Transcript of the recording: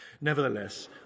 Nevertheless